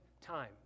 time